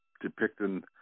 depicting